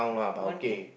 one K